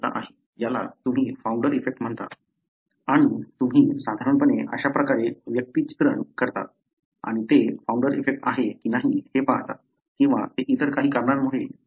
याला तुम्ही founder effect म्हणता आणि तुम्ही साधारणपणे अशाप्रकारे व्यक्तिचित्रण करता आणि ते फाउंडर इफेक्ट आहे की नाही हे पहाता किंवा ते इतर काही कारणांमुळे असू शकते